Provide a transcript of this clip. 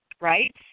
right